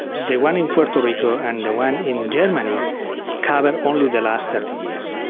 the one in puerto rico and the one in germany covered only the last thirty years,